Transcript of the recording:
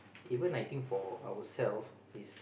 even I think for ourselves it's